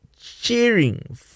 cheering